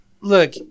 look